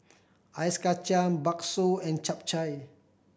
Ice Kachang bakso and Chap Chai